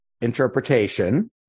interpretation